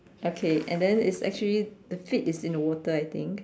okay and then is actually the seat is in the water I think